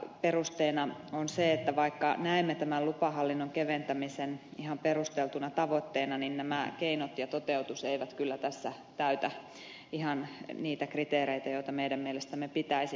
perusteena on se että vaikka näemme tämän lupahallinnon keventämisen ihan perusteltuna tavoitteena niin nämä keinot ja toteutus eivät kyllä tässä täytä ihan niitä kriteereitä joita meidän mielestämme pitäisi noudattaa